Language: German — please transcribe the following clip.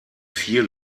vier